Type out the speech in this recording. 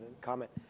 comment